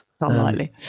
unlikely